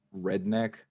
redneck